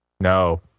No